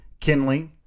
Kinley